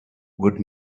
good